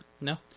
No